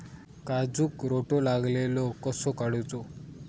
काजूक रोटो लागलेलो कसो काडूचो?